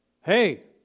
Hey